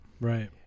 Right